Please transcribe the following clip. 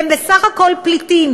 הם בסך הכול פליטים